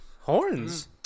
horns